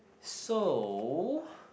so